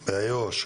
באיו"ש,